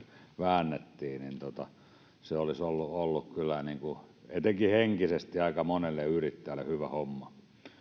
väännettiin olisi ollut ollut kyllä etenkin henkisesti aika monelle yrittäjälle hyvä homma